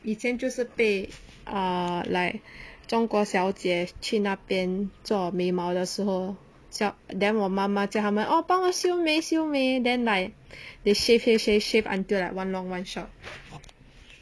以前就是被 ah like 中国小姐去那边做眉毛的时候笑 then 我妈妈叫他们 orh 帮我修眉修眉 then like the shave shave shave until like one long one short